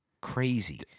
Crazy